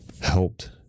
helped